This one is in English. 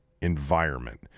environment